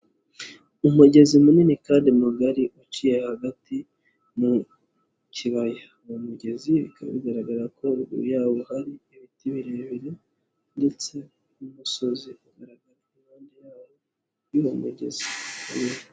Umugezi munini kandi mugari uciye hagati mu kibaya. Mu mugezi bikaba bigaragara ko haruguru yawo hari ibiti birebire ndetse n'umusozi ugaragara, iruhande yawo hari umugezi.